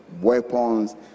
weapons